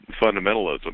fundamentalism